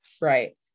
right